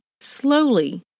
slowly